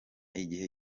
igihe